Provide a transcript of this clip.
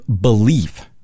belief